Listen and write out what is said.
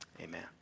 amen